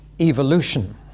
evolution